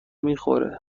میخوره